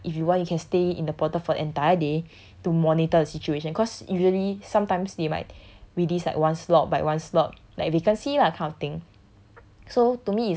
then he say like if you want you can stay in the portal for the entire day to monitor the situation cause usually sometimes they might release like one slot by one slot like vacancy lah kind of thing